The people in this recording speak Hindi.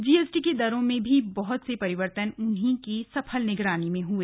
जीएसटी की दरों में हुए बहुत से परिवर्तन भी उन्हीं की सफल निगरानी में हुए